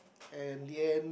and the end